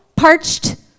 parched